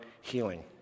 healing